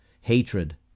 hatred